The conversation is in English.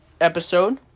episode